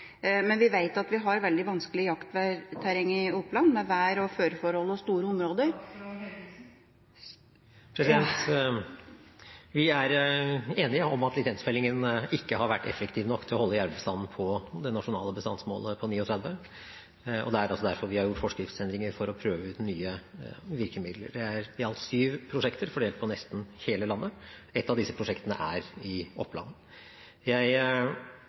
vi har veldig vanskelig jaktterreng i Oppland, med vær- og føreforhold og store områder … Vi er enige om at lisensfellingen ikke har vært effektiv nok til å holde jervebestanden på det nasjonale bestandsmålet på 39, og det er også derfor vi har gjort forskriftsendringer: for å prøve ut nye virkemidler. Det er i alt syv prosjekter, fordelt på nesten hele landet. Et av disse prosjektene er i Oppland. Jeg